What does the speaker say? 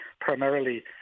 primarily